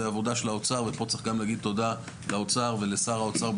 זה העבודה של האוצר ופה צריך גם להגיד תודה לאוצר ולשר האוצר,